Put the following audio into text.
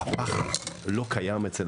ומהר מאוד הטיול הזה הפך להיות סאגה אחת גדולה של